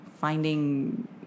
finding